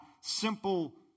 simple